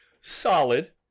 solid